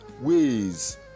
ways